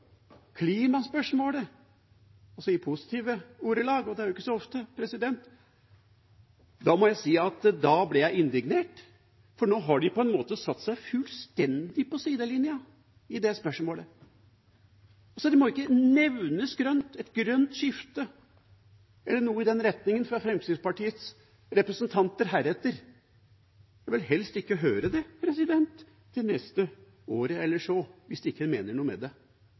i positive ordelag – og det er jo ikke så ofte – blir jeg indignert, for nå har de på en måte satt seg fullstendig på sidelinja i det spørsmålet. Heretter må ikke «et grønt skifte» eller noe i den retningen nevnes av Fremskrittspartiets representanter. Jeg vil helst ikke høre det i løpet av det neste året eller så, hvis en ikke mener noe med det.